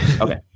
Okay